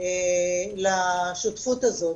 לשותפות הזאת,